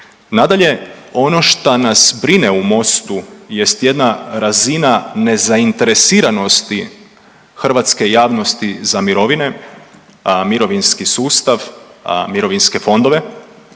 Nadalje, ono šta nas brine u MOST-u jest jedna razina nezainteresirano hrvatske javnosti za mirovine, mirovinski sustav, mirovinske fondove